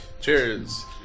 Cheers